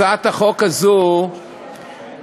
הצעת החוק הזאת היא